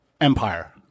empire